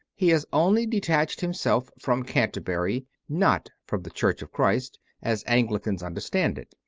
he has only detached himself from canterbury, not from the church of christ, as anglicans understand it.